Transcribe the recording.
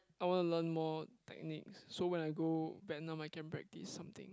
I wanna learn more techniques so when I go Vietnam I can practise something